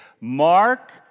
Mark